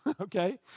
Okay